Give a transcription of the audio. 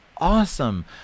awesome